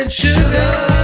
sugar